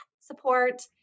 support